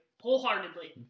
wholeheartedly